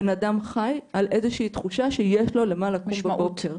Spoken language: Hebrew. בן אדם חי על איזה שהיא תחושה שיש לו למה לקום בבוקר.